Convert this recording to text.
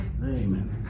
Amen